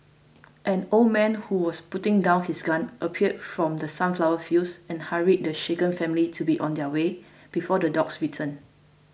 an old man who was putting down his gun appeared from the sunflower fields and hurried the shaken family to be on their way before the dogs return